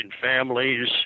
families